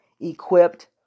equipped